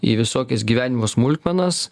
į visokias gyvenimo smulkmenas